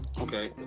Okay